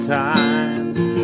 times